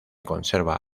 conserva